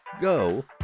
Go